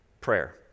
Prayer